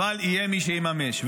אבל יהיה מי שיממש.